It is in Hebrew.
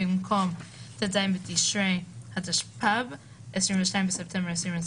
במקום "ט"ז בתשרי התשפ"ב (22 בספטמבר 2021)